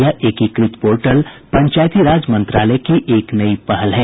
यह एकीकृत पोर्टल पंचायती राज मंत्रालय की एक नई पहल है